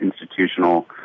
institutional